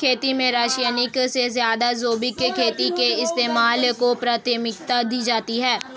खेती में रासायनिक से ज़्यादा जैविक खेती के इस्तेमाल को प्राथमिकता दी जाती है